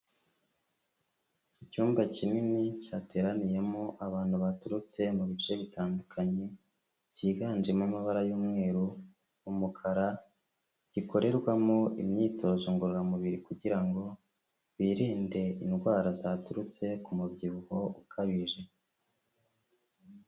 Icyumba kinini cyateraniyemo abantu baturutse mu bice bitandukanye, cyiganjemo amabara y'umweru, umukara, gikorerwamo imyitozo ngororamubiri kugira ngo birinde indwara zaturutse ku mubyibuho ukabije.